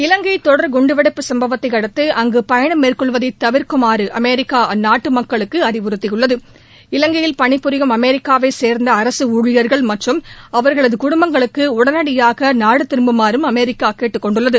இலங்கை தொடர் குண்டுவெடிப்பு சம்பவத்தை அடுத்து அங்கு பயணம் மேற்கொள்வதை தவிர்க்குமாறு அமெரிக்கா அந்நாட்டு மக்களுக்கு அறிவுறுத்தியுள்ளது இலங்கையில் பணி புரியும் அமெரிக்காவைச் சேர்ந்த அரசு ஊழியர்கள் மற்றம் அவர்களது குடும்பங்களும் உடனடியாக நாடு திரும்புமாறும் அமெிக்கா கேட்டுக் கொண்டுள்ளது